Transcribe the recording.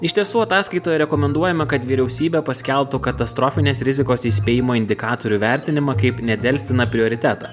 iš tiesų ataskaitoje rekomenduojama kad vyriausybė paskelbtų katastrofinės rizikos įspėjimo indikatorių vertinimą kaip nedelstiną prioritetą